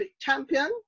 champion